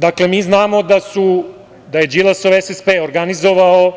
Dakle, mi znamo da je Đilasov SSP organizovao